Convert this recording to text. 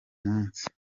munsi